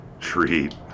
Treat